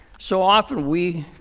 so often we